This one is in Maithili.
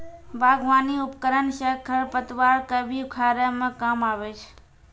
बागबानी उपकरन सँ खरपतवार क भी उखारै म काम आबै छै